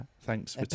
thanks